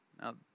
Now